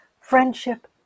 friendship